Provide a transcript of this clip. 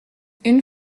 une